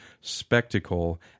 spectacle